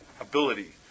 ability